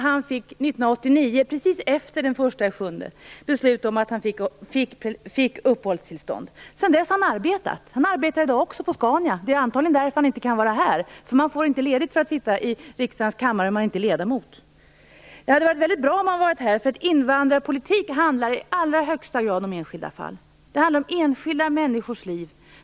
Han fick 1989, precis efter den 1 juli, beslut om att han skulle få uppehållstillstånd. Sedan dess har han arbetat. Han arbetar i dag också, på Scania. Det är antagligen därför han inte kan vara här. Man får nämligen inte ledigt för att sitta i riksdagens kammare om man inte är ledamot. Det hade varit väldigt bra om han hade varit här, för invandrarpolitik handlar i allra högsta grad om enskilda fall. Det handlar om enskilda människors liv.